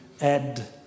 add